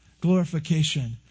Glorification